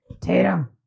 Tatum